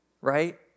right